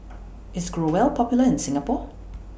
IS Growell Popular in Singapore